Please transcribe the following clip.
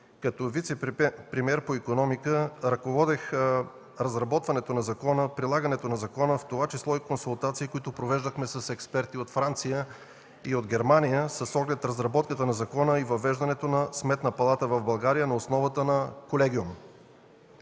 като вицепремиер по икономика, ръководех разработването на закона, прилагането му, а преди това и консултациите, които провеждахме с експерти от Франция и от Германия с оглед разработката на закона и въвеждането на Сметна палата в България на основата на колегиум.